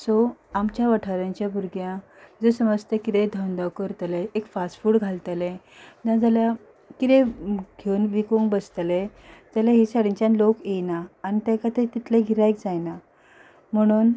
so आमच्या वाठाराच्या भुरग्यांक जर समज ते कितें धंदो करतले एक फास्ट फूड घालतले ना जाल्यार कितें घेवून विकूंक बसतले जाल्यार हे सायडीनच्यान लोक येना आनी ते खातीर तितलें गिरायक जायना म्हणून